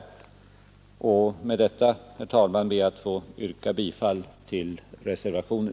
Herr talman! Med detta ber jag att få yrka bifall till reservationen.